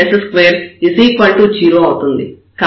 కాబట్టి rt s2 0 అవుతుంది